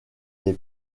des